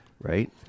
right